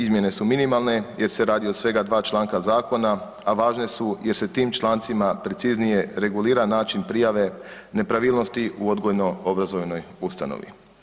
Izmjene su minimalne jer se radi o svega dva članka zakona, a važne su jer se tim člancima preciznije regulira način prijave, nepravilnosti u odgojno-obrazovnoj ustanovi.